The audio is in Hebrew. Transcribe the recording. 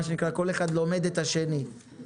כל אחד לומד את השני.